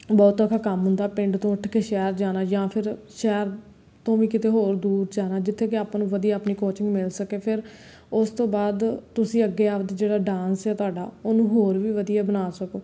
ਬਹੁਤ ਔਖਾ ਕੰਮ ਹੁੰਦਾ ਪਿੰਡ ਤੋਂ ਉੱਠ ਕੇ ਸ਼ਹਿਰ ਜਾਣਾ ਜਾਂ ਫਿਰ ਸ਼ਹਿਰ ਤੋਂ ਵੀ ਕਿਤੇ ਹੋਰ ਦੂਰ ਜਾਣਾ ਜਿੱਥੇ ਕਿ ਆਪਾਂ ਨੂੰ ਵਧੀਆ ਆਪਣੀ ਕੋਚਿੰਗ ਮਿਲ ਸਕੇ ਫੇਰ ਉਸ ਤੋਂ ਬਾਅਦ ਤੁਸੀਂ ਅੱਗੇ ਆਪਦਾ ਜਿਹੜਾ ਡਾਂਸ ਆ ਤੁਹਾਡਾ ਉਹਨੂੰ ਹੋਰ ਵਧੀਆ ਬਣਾ ਸਕੋ